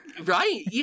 Right